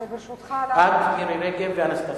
ברשותך, בבקשה, אני רוצה, את, מירי רגב ואנסטסיה,